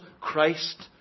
Christ